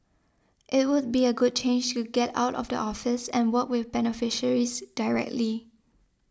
it would be a good change to get out of the office and work with beneficiaries directly